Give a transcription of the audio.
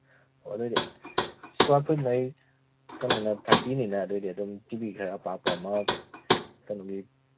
ꯑꯣ ꯑꯗꯨꯏꯗꯤ square foot ꯃꯔꯤ ꯀꯩꯅꯣꯅ ꯊꯥꯔꯇꯤꯅꯤꯅ ꯑꯗꯨꯏꯗꯤ ꯑꯗꯨꯝ ꯇꯤ ꯚꯤ ꯈꯔ ꯄꯥꯛꯄ ꯑꯃ ꯀꯩꯅꯣꯒꯤ